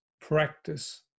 practice